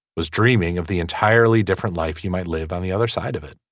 was dreaming of the entirely different life you might live on the other side of it.